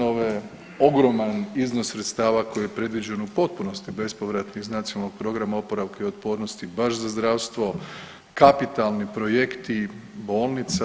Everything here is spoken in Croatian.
Ogroman iznos sredstava koji je predviđen u potpunosti bespovratnih iz Nacionalnog programa oporavka i otpornosti baš za zdravstvo, kapitalni projekti bolnica.